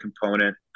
component